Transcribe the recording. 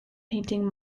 painting